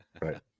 Right